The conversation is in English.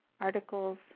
articles